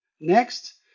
Next